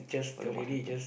but look what happen